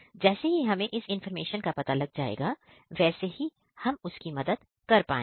जैसे ही हमें इस इंफॉर्मेशन का पता लग जाएगा वैसे ही हम उसकी मदद कर पाएंगे